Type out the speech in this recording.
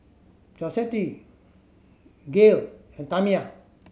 Josette Gael and Tamia